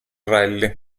rally